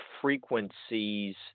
frequencies